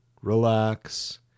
relax